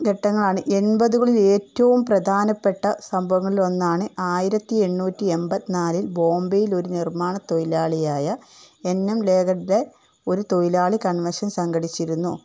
ഘട്ടങ്ങളാണ് എൺപതുകളിൽ ഏറ്റവും പ്രധാനപ്പെട്ട സംഭവങ്ങളിൽ ഒന്നാണ് ആയിരത്തി എണ്ണൂറ്റി എൺപത്തി നാലിൽ ബോംബയിൽ ഒരു നിർമ്മാണ തൊഴിലാളിയായ ഒരു തൊഴിലാളി കൺവെഷൻ സംഘടിപ്പിച്ചിരുന്നു